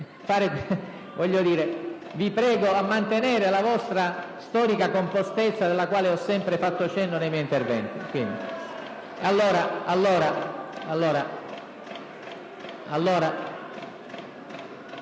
Vi prego di mantenere la vostra storica compostezza, della quale ho sempre fatto cenno nei miei interventi.